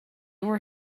were